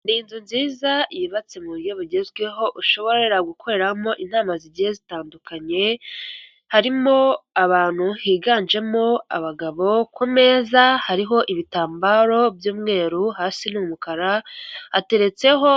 Ni inzu nziza yubatse mu buryo bugezweho ushobora gukoreramo inama zigiye zitandukanye, harimo abantu higanjemo abagabo ku meza hariho ibitambaro by'umweru hasi ni umukara hateretseho.